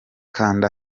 kanda